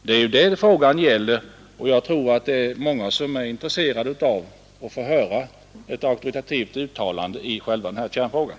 Detta är vad saken gäller, och jag tror att många är intresserade av att få höra ett auktoritativt uttalande i själva kärnfrågan.